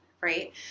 right